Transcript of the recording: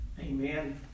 Amen